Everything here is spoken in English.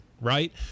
right